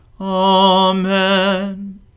Amen